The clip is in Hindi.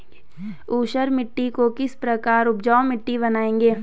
ऊसर मिट्टी को किस तरह उपजाऊ मिट्टी बनाएंगे?